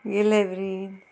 इलेब्री